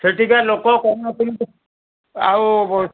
ସେଠିକା ଲୋକ କ'ଣ କେମିତି ଆଉ